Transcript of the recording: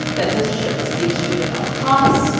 that censorship must be eschewed at all cost,